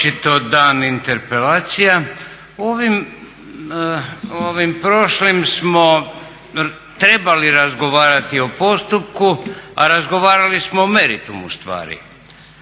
Ovim prošlim smo trebali razgovarati o postupku a razgovarali smo o meritumu stvari.